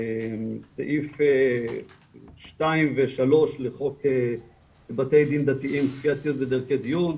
סעיף 2 ו-3 לחוק בתי דין דתיים ודרכי דיון,